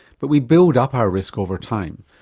but we build up our risk over time.